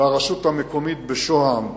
ברשות המקומית בשוהם.